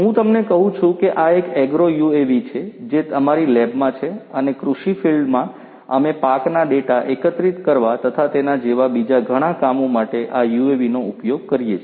હું તમને કહું છું કે આ એક એગ્રો યુએવી છે જે અમારી લેબમાં છે અને કૃષિ ફિકલ્ડ્સમાં અમે પાકના ડેટા એકત્રિત કરવા તથા તેના જેવા બીજા ઘણા કામો માટે આ યુએવી નો ઉપયોગ કરીએ છીએ